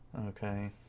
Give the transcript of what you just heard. Okay